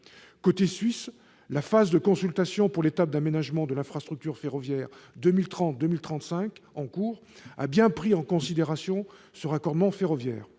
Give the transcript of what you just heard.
côté suisse, la phase de consultation pour l'étape d'aménagement de l'infrastructure ferroviaire 2030-2035, en cours, a bien pris en considération le raccordement ferroviaire.